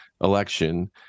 Election